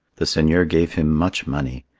the seigneur gave him much money,